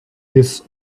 his